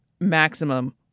maximum